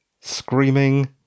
screaming